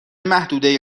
محدوده